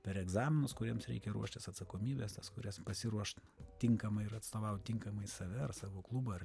per egzaminus kuriems reikia ruoštis atsakomybes tas kurias pasiruošt tinkamai ir atstovaut tinkamai save ar savo klubą ar